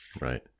Right